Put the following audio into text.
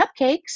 cupcakes